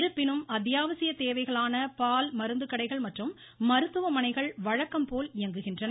இருப்பினும் அத்தியாவசிய தேவைகளான பால் மருந்துக்கடைகள் மற்றும் மருத்துவமனைகள் வழக்கம்போல் இயங்குகின்றன